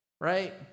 right